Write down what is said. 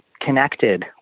connected